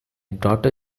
daughter